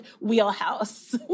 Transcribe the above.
wheelhouse